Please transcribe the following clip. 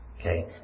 Okay